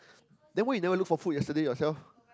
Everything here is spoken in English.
then why you never look for food yesterday yourself